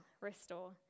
restore